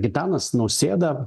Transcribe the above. gitanas nausėda